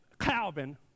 Calvin